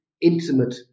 intimate